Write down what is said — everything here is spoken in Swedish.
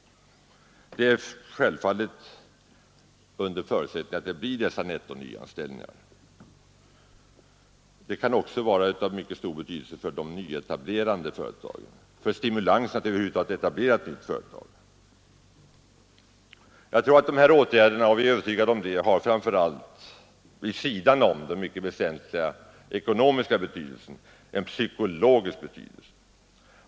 Det kan också vara av mycket stor betydelse för de nyetablerande företagen som stimulans att över huvud taget etablera ett nytt företag. Jag är övertygad om att de här åtgärderna vid sidan av den mycket väsentliga ekonomiska betydelsen — bl.a. rörelsestimulanser — har också en psykologisk betydelse.